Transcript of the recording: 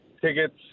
tickets